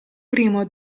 primo